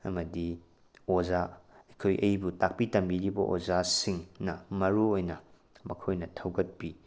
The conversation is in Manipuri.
ꯑꯃꯗꯤ ꯑꯣꯖꯥ ꯑꯩꯈꯣꯏ ꯑꯩꯕꯨ ꯇꯥꯛꯄꯤ ꯇꯝꯕꯤꯔꯤꯕ ꯑꯣꯖꯥꯁꯤꯡꯅ ꯃꯔꯨ ꯑꯣꯏꯅ ꯃꯈꯣꯏꯅ ꯊꯧꯒꯠꯄꯤ